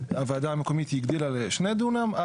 הוועדה המקומית הגדילה לשני דונם,